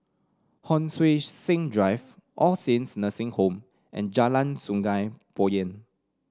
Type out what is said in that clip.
Hon Sui Sen Drive All Saints Nursing Home and Jalan Sungei Poyan